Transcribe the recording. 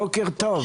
בוקר טוב.